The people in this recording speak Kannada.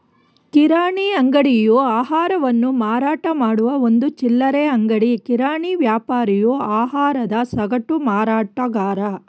ಕಿರಾಣಿ ಅಂಗಡಿಯು ಆಹಾರವನ್ನು ಮಾರಾಟಮಾಡುವ ಒಂದು ಚಿಲ್ಲರೆ ಅಂಗಡಿ ಕಿರಾಣಿ ವ್ಯಾಪಾರಿಯು ಆಹಾರದ ಸಗಟು ಮಾರಾಟಗಾರ